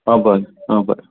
आं बरें आं बरें